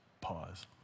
pause